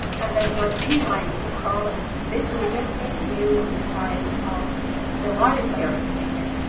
and then select inline to crop this widget to the size of the larger player container.